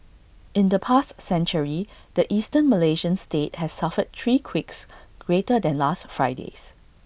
in the past century the Eastern Malaysian state has suffered three quakes greater than last Friday's